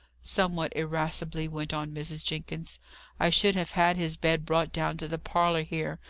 somewhat irascibly went on mrs. jenkins i should have had his bed brought down to the parlour here,